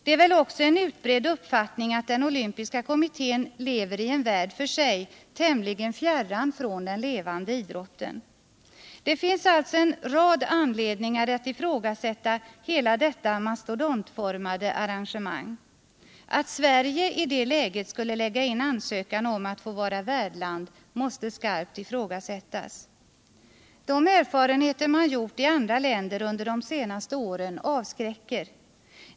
Det är väl också en utbredd uppfattning att den olympiska kommittén lever i en värld för sig, tämligen fjärran från den -: levande idrotten. Det finns alltså en rad anledningar att ifrågasätta hela detta mastodontformade arrangemang. Att Sverige i det läget skulle lägga in ansökan om att få vara värdland måste skarpt ifrågasättas. De erfarenheter man gjort i andra länder under de senaste åren avskräcker.